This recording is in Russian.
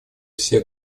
все